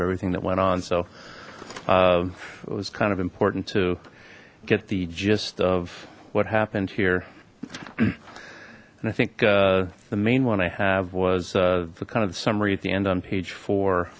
of everything that went on so it was kind of important to get the gist of what happened here and i think the main one i have was the kind of summary at the end on page fo